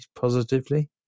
positively